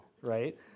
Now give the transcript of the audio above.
right